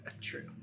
True